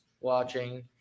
watching